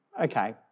Okay